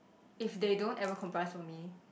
if they don't ever compromise for me